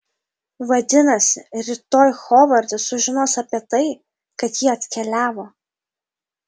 vadinasi rytoj hovardas sužinos apie tai kad ji atkeliavo